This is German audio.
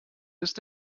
ist